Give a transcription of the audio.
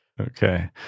Okay